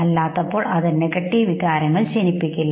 അല്ലാത്തപ്പോൾ അത് നെഗറ്റീവ് വികാരങ്ങൾ ജനിപ്പിക്കില്ല